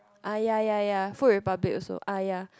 ah ya ya ya Food Republic also ah ya